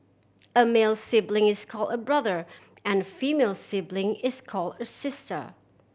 a male sibling is call a brother and female sibling is call a sister